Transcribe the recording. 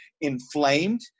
inflamed